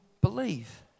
believe